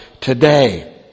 today